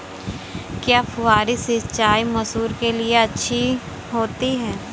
क्या फुहारी सिंचाई मसूर के लिए अच्छी होती है?